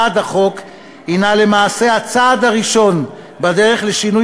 הצבעה בעד החוק הנה למעשה הצעד הראשון בדרך לשינוי